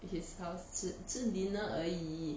his house 吃吃 dinner 而已